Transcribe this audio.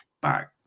back